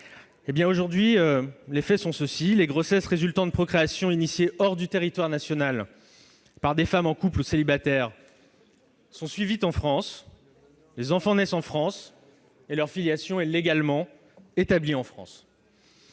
sénateurs, les faits sont les suivants : les grossesses résultant de procréations engagées hors du territoire national par des femmes en couple ou célibataires sont suivies en France, les enfants naissent en France et leur filiation est légalement établie en France.